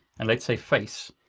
and let's say, face,